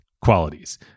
qualities